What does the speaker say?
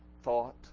thought